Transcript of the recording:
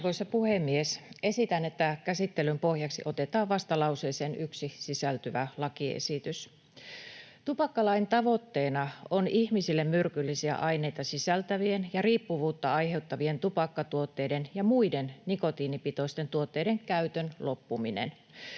Arvoisa puhemies! Esitän, että käsittelyn pohjaksi otetaan vastalauseeseen 1 sisältyvä lakiesitys. Tupakkalain tavoitteena on ihmisille myrkyllisiä aineita sisältävien ja riippuvuutta aiheuttavien tupakkatuotteiden ja muiden nikotiinipitoisten tuotteiden käytön loppuminen.